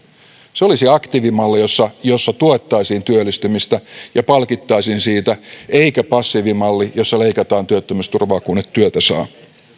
se olisi aktiivimalli jossa jossa tuettaisiin työllistymistä ja palkittaisiin siitä eikä passiivimalli jossa leikataan työttömyysturvaa kun et työtä saa